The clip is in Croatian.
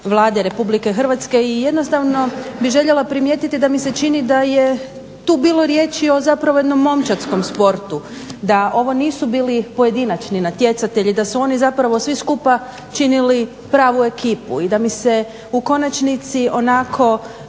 Vlade RH i jednostavno bih željela primijetiti da mi se čini da je tu bilo riječi o zapravo jednom momčadskom sportu, da ovo nisu bili pojedinačni natjecatelji, da su oni zapravo svi skupa činili pravu ekipu i da mi se u konačnici onako